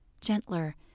gentler